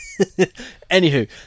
Anywho